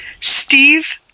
Steve